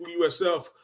USF